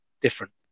different